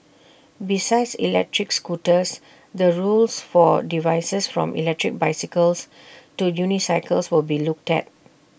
besides electric scooters the rules for devices from electric bicycles to unicycles will be looked at